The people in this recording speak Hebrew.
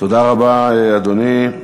תודה רבה, אדוני.